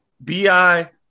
Bi